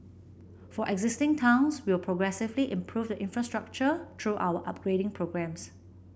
for existing towns we will progressively improve the infrastructure through our upgrading programmes